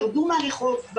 ירדו מהרחוב.